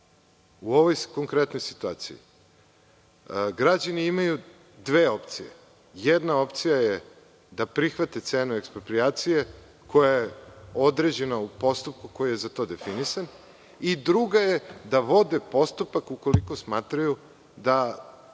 u ovoj konkretnoj situaciji građani imaju dve opcije. Jedna opcija je da prihvate cenu eksproprijacije koja je određena u postupku koji je za to definisan i druga je da vode postupak ukoliko smatraju da